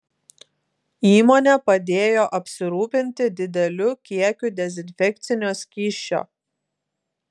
įmonė padėjo apsirūpinti dideliu kiekiu dezinfekcinio skysčio